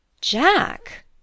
jack